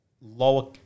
lower